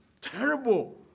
terrible